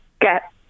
get